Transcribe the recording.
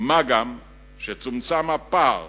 מה גם שצומצם הפער